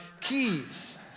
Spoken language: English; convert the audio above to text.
keys